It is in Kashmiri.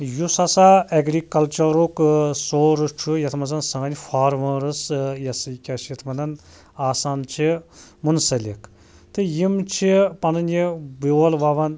یُس ہَسا اٮ۪گرِکَلچَرُک سورٕس چھُ یَتھ مَنٛز سٲنۍ فارمٲرٕس یہِ ہَسا یہِ کیٛاہ چھِ یَتھ ونان آسان چھِ مُنسَلِک تہِ یِم چھِ پَنٕنۍ یہِ بیول وَوان